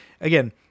again